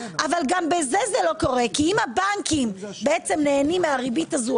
אבל גם בזה זה לא קורה כי אם הבנקים נהנים מהריבית הזו